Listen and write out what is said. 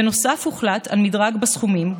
בנוסף הוחלט על מדרג בסכומים,